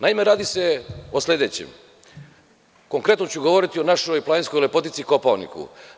Naime, radi se o sledećem, konkretno ću govoriti o našoj planinskoj lepotici Kopaoniku.